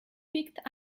picked